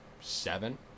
seven